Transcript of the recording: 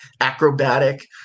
acrobatic